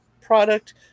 product